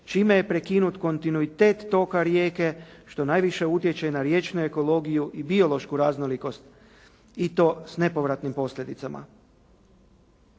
čime je prekinut kontinuitet toka rijeke što najviše utječe na riječnu ekologiju i biološku raznolikost i to s nepovratnim posljedicama.